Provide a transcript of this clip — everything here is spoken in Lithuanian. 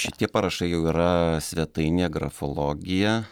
šitie parašai jau yra svetainėje grafologija